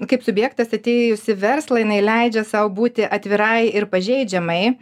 kaip subjektas atėjus į verslą jinai leidžia sau būti atvirai ir pažeidžiamai